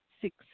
six